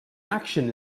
action